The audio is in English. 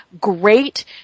great